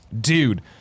dude